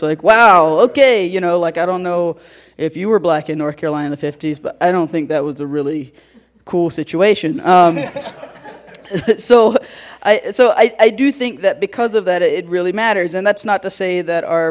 like wow okay you know like i don't know if you were black in north carolina in the s but i don't think that was a really cool situation so i so i do think that because of that it really matters and that's not to say that our